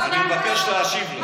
אני מבקש להשיב לה.